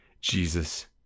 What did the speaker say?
Jesus